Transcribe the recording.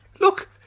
Look